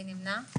מי נמנע?